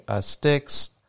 sticks